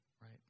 right